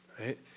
Right